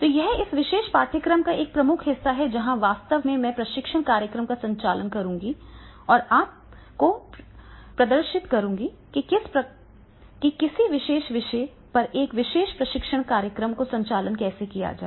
तो यह इस विशेष पाठ्यक्रम का एक प्रमुख हिस्सा है जहां वास्तव में मैं प्रशिक्षण कार्यक्रम का संचालन करूंगा और आपको प्रदर्शित करूंगा कि किसी विशेष विषय पर एक विशेष प्रशिक्षण कार्यक्रम का संचालन कैसे किया जाए